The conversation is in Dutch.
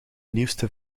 nieuwste